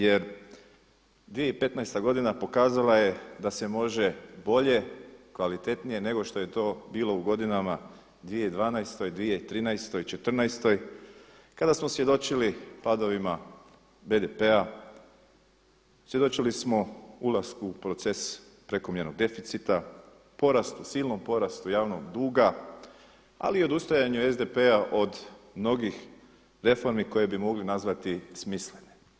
Jer 2015. godina pokazala je da se može bolje, kvalitetnije nego što je to bilo u godinama 2012., 2013. i 2014. kada smo svjedočili padovima BDP-a, svjedočili smo ulasku u proces prekomjernog deficita, silnom porastu javnog duga ali i odustajanju SDP-a od mnogih reformi koje bi mogli nazvati smislene.